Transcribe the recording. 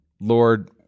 Lord